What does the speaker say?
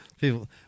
people